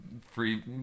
free